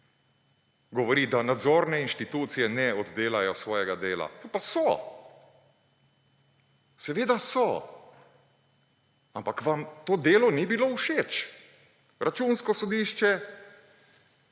govori, da nadzorne inštitucije ne oddelajo svojega dela. Ja, pa so. Seveda so, ampak vam to delo ni bilo všeč. Računsko sodišče